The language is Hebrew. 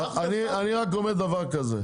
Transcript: אני רק אומר דבר כזה,